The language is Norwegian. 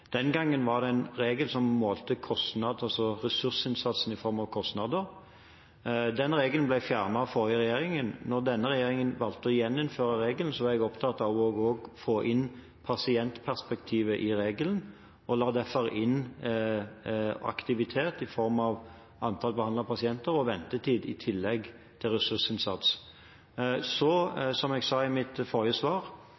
Den gangen var det en regel som målte kostnader, altså ressursinnsatsen i form av kostnader. Den regelen ble fjernet av forrige regjering. Da denne regjeringen valgte å gjeninnføre regelen, var jeg opptatt av også å få inn pasientperspektivet i regelen og la derfor inn aktivitet i form av antall behandlede pasienter og ventetid, i tillegg til ressursinnsats.